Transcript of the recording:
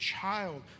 child